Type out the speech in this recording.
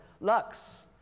Lux